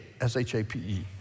S-H-A-P-E